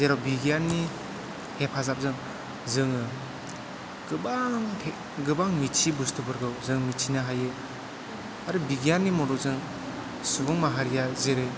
जेराव बिगियाननि हेफाजाबजों जोङो गोबां गोबां मिथियै बुस्थुफोरखौ जों मिथिनो हायो आरो बिगियाननि मददजों सुबुं माहारिया जेरै